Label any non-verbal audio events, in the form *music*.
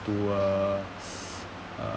to a *noise* a